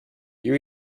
you